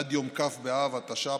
עד יום כ' באב התש"ף,